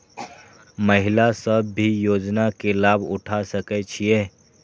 महिला सब भी योजना के लाभ उठा सके छिईय?